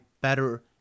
better